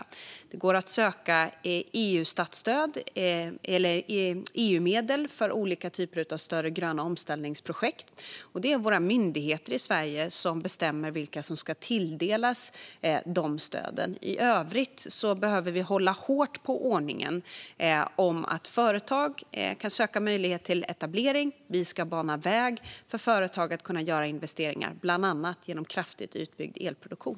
Det går att söka EU-medel för olika typer av större, gröna omställningsprojekt, och det är våra myndigheter i Sverige som bestämmer vilka som ska tilldelas de stöden. I övrigt behöver vi hålla hårt på ordningen om att företag kan söka möjlighet till etablering. Vi ska bana väg för företag att kunna göra investeringar, bland annat genom kraftigt utbyggd elproduktion.